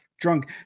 drunk